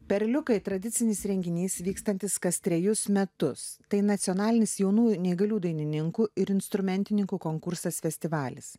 perliukai tradicinis renginys vykstantis kas trejus metus tai nacionalinis jaunųjų neįgalių dainininkų ir instrumentininkų konkursas festivalis